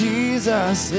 Jesus